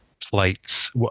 plates